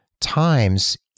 times